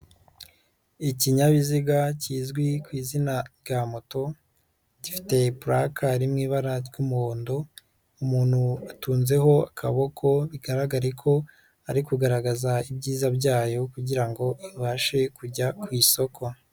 Ikinyabiziga kizwi ku izina rya moto, gifite puraka iri mu ibara ry'umuhondo, umuntu atunzeho akaboko, bigaragare ko ari kugaragaza ibyiza byayo kugira ngo ibashe kujya ku isoko.